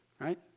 right